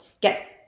get